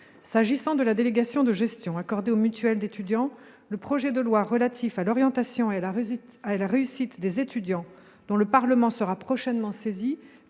S'agissant de la délégation de gestion accordée aux mutuelles d'étudiants, le projet de loi relatif à l'orientation et à la réussite des étudiants, dont le Parlement sera prochainement saisi,